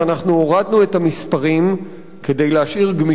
אנחנו הורדנו את המספרים כדי להשאיר גמישות